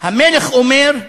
המלך אומר: